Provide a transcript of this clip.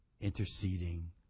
interceding